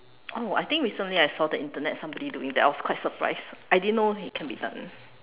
oh I think recently I saw the internet somebody doing that I was quite surprised I didn't know it can be done